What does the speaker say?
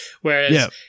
whereas